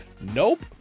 Nope